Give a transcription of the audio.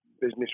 business